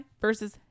versus